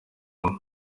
umwe